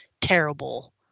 terrible